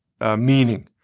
meaning